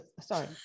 sorry